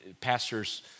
pastors